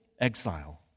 exile